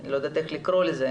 אני לא יודעת איך לקרוא לזה,